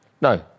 No